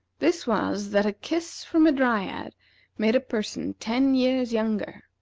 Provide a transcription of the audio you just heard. this was, that a kiss from a dryad made a person ten years younger.